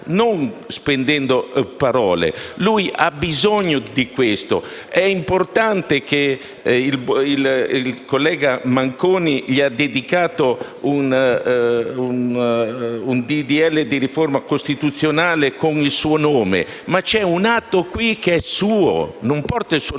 non spendendo parole: lui ha bisogno di questo. È importante che il collega Manconi gli abbia dedicato un disegno di legge di riforma costituzionale con il suo nome, ma c'è un atto qui che è suo; non porta il suo nome